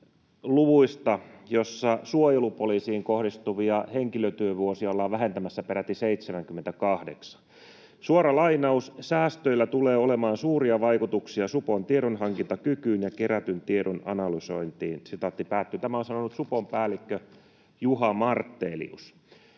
suojelupoliisiin kohdistuvia henkilötyövuosia ollaan vähentämässä peräti 78. Suora lainaus: ”Säästöillä tulee olemaan suuria vaikutuksia supon tiedonhankintakykyyn ja kerätyn tiedon analysointiin.” Tämän on sanonut supon päällikkö Juha Martelius.